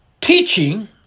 teaching